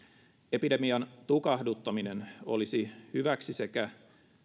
epidemian tukahduttaminen olisi hyväksi sekä